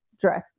dress